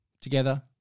together